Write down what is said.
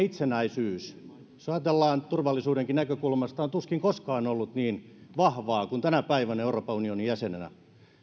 suomen itsenäisyys jos ajatellaan turvallisuudenkin näkökulmasta on tuskin koskaan ollut niin vahvaa kuin tänä päivänä euroopan unionin jäsenenä